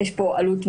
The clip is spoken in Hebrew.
יש פה עלות מזון,